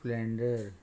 splendor